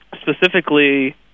Specifically